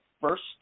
first